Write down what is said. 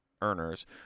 earners